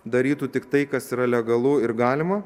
darytų tiktai kas yra legalu ir galima